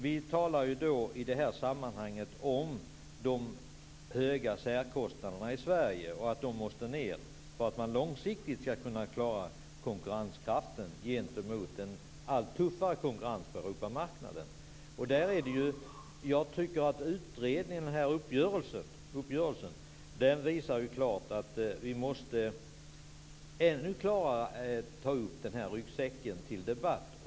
Vi talar i det här sammanhanget att om de höga särkostnaderna i Sverige måste sänkas för att långsiktigt kunna klara konkurrensen gentemot en tuffare Europamarknad. Uppgörelsen visar klart att vi måste ta upp frågan om ryggsäcken till debatt.